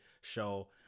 show